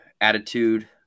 attitude